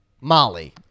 Molly